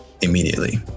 immediately